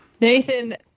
Nathan